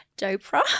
Dopra